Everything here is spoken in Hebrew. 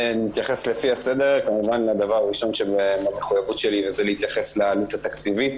אתייחס קודם כל לעלות התקציבית.